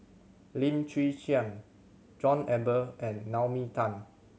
Lim Chwee Chian John Eber and Naomi Tan